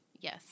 Yes